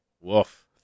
Woof